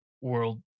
world